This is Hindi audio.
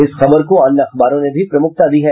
इस खबर को अन्य अखबारों ने भी प्रमुखता दी है